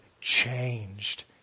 changed